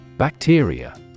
Bacteria